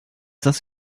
das